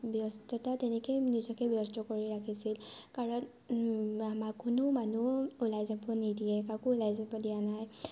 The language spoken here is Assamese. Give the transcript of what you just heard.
ব্যস্ততা তেনেকৈ নিজকে ব্যস্ত কৰি ৰাখিছিল কাৰণ আমাৰ কোনো মানুহ ওলাই যাব নিদিয়ে কাকো ওলাই যাব দিয়া নাই